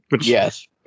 Yes